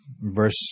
verse